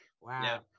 Wow